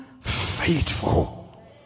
faithful